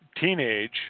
teenage